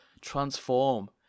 transform